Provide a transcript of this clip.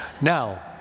Now